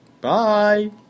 Bye